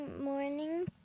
morning